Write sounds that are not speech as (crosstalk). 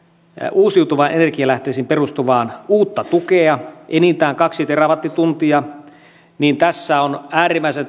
uusiutuviin energialähteisiin perustuvaa uutta tukea enintään kaksi terawattituntia niin tässä on äärimmäisen (unintelligible)